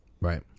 Right